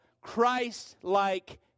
Christ-like